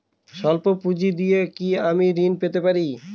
সল্প পুঁজি দিয়ে কি আমি ঋণ পেতে পারি?